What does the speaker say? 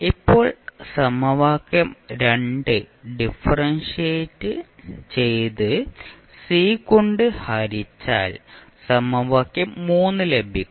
ഇപ്പോൾ സമവാക്യം ഡിഫറൻഷിയേഷൻ ചെയ്ത് C കൊണ്ട് ഹരിച്ചാൽ സമവാക്യം ലഭിക്കും